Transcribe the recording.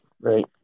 Right